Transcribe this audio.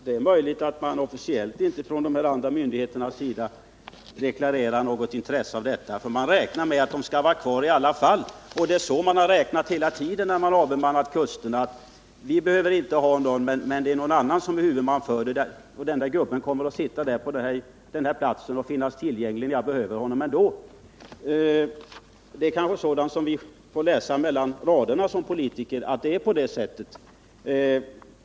Herr talman! Det är möjligt att man från dessa andra myndigheters sida inte officiellt deklarerat något intresse för de här funktionerna, därför att man helt enkelt räknar med att de i alla fall kommer att stanna kvar. Det är så man hela tiden har räknat då man avbemannat kusterna, att vi behöver inte ha någon, men det är någon annan som är huvudman för det. Den här gubben kommer att sitta på sin plats och alltid finnas tillgänglig om man behöver honom. Det är kanske sådant som vi får läsa mellan raderna som politiker, att det är på det sättet.